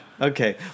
Okay